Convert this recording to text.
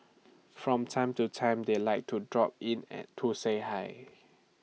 from time to time they like to drop in and to say hi